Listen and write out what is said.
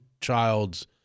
child's